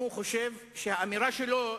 אם הוא חושב שהאמירה שלו,